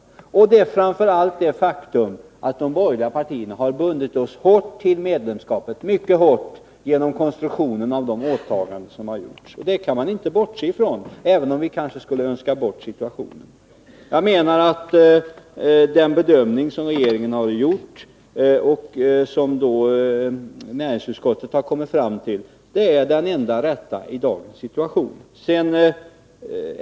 Men det viktiga är framför allt det faktum att de borgerliga partierna har bundit oss mycket hårt till medlemskapet genom konstruktionen av de åtaganden som gjorts. Det kan man inte bortse från, även om vi skulle önska att situationen vore en annan. Jag menar att den bedömning som regeringen har gjort och det ställningstagande som näringsutskottet har kommit fram till är det enda rätta i dagens situation.